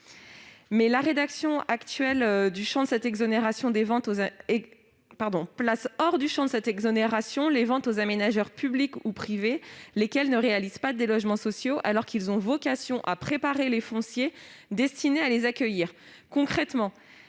La rédaction actuelle place hors du champ de cette exonération les ventes aux aménageurs publics ou privés, lesquels ne créent pas les logements sociaux alors qu'ils ont vocation à préparer les fonciers destinés à les accueillir.